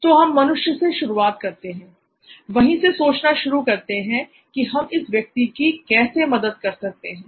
तो हम मनुष्य से शुरुआत करते हैं वहीं से सोचना शुरू करते हैं कि हम इस व्यक्ति की कैसे मदद कर सकते हैं